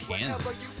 Kansas